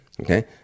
okay